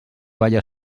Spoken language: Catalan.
balla